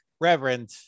Reverend